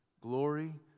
Glory